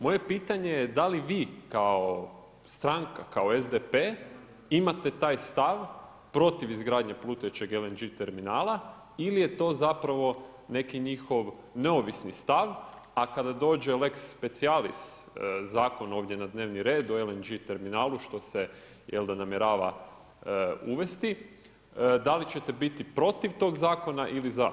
Moje pitanje je da li vi kao stranka, kao SDP, imate taj stav protiv izgradnje plutajućeg LNG terminala ili je to zapravo neki njihov neovisni stav a kada dođe lex specialis zakon ovdje na dnevni red o LNG terminalu što se namjera uvesti, da li ćete biti protiv tog zakona ili za?